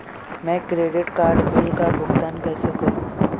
मैं credit card bill का भुगतान कैसे करूं?